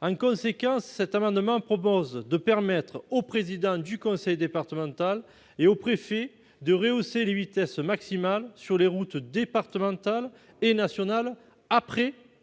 En conséquence, cet amendement vise à permettre au président du conseil départemental et au préfet de rehausser les vitesses maximales sur les routes départementales et nationales, après